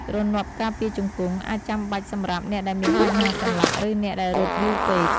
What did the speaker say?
ទ្រនាប់ការពារជង្គង់ អាចចាំបាច់សម្រាប់អ្នកដែលមានបញ្ហាសន្លាក់ ឬអ្នកដែលរត់យូរពេក។